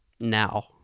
now